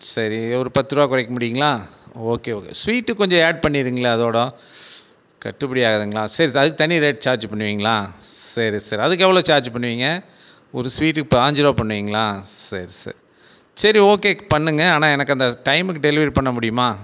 சரி ஒரு பத்து ரூபா குறைக்க மாட்டிங்களா ஓகே ஓகே ஸ்வீட் கொஞ்சம் ஆட் பண்ணுறிங்களா அதோடம் கட்டுப்படி ஆகாதுங்களா சரி சார் அதுக்கு தனி ரேட்டு சார்ஜ் பண்ணுவிங்களா சரி சார் அதுக்கு எவ்வளோ சார்ஜ் பண்ணுவிங்க ஒரு ஸ்வீட்டுக்கு பாஞ்சிருபா பண்ணிவிங்களா சரி சரி ச்சரி ஓகே பண்ணுங்க ஆனால் எனக்கு அந்த டைமுக்கு டெலிவெரி பண்ண முடியுமா